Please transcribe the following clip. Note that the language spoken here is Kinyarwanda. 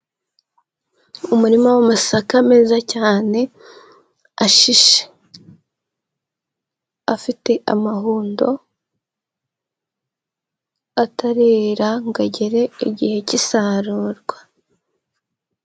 Umurima w'amasaka meza cyane ashishe, afite amahundo atarera ngo agere igihe cy'isarurwa.